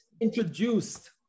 introduced